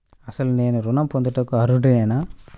అసలు నేను ఋణం పొందుటకు అర్హుడనేన?